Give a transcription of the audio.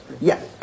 Yes